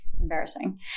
embarrassing